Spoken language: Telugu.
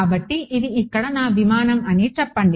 కాబట్టి ఇది ఇక్కడ నా విమానం అని చెప్పండి